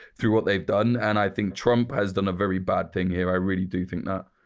through what they've done. and i think trump has done a very bad thing here. i really do think that.